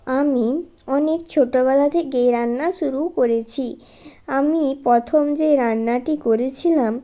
আমি অনেক ছোটবেলা থেকে রান্না শুরু করেছি আমি প্রথম যে রান্নাটি করেছিলাম